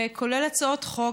כולל הצעות חוק,